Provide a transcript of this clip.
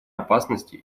опасности